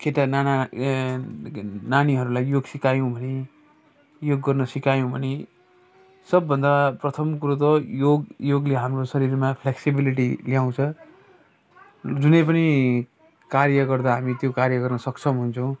केटा नाना ए नानीहरूलाई योग सिकायौँ भने योग गर्न सिकायौँ भने सबभन्दा प्रथम कुरो त योग योगले हाम्रो शरीरमा फ्लेक्सिबिलिटी ल्याउँछ जुनै पनि कार्य गर्दा हामी त्यो कार्य गर्न सक्षम हुन्छौँ